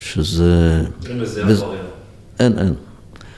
‫שזה... אין, אין.